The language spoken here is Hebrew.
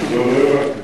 בכתב?